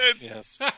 Yes